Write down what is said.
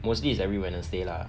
mostly is every wednesday lah